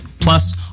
Plus